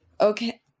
Okay